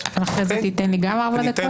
אחרי זה תיתן גם לי ארבע דקות?